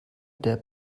der